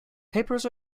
papers